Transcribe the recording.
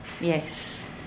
yes